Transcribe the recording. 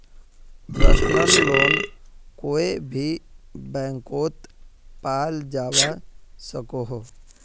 personal loan कोए भी बैंकोत पाल जवा सकोह